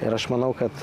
ir aš manau kad